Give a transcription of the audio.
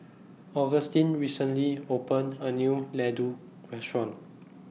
Augustin recently opened A New Laddu Restaurant